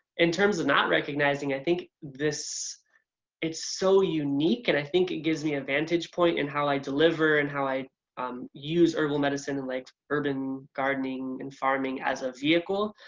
in terms of not recognizing, i think this it's so unique and i think it gives me a vantage point in how i deliver and how i um use herbal medicine, and like urban gardening and farming as a vehicle,